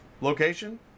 location